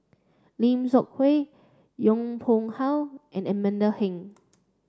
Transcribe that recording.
Lim Seok Hui Yong Pung How and Amanda Heng